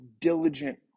diligent